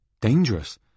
Dangerous